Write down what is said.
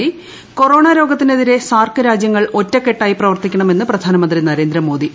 സാർക്ക് corona രോഗത്തിനെതിരെ സാർക്ക് രാജ്യങ്ങൾ ഒറ്റകെട്ടായി പ്രവർത്തിക്കണമെന്ന് പ്രധാനമന്ത്രി നരേന്ദ്രമോദി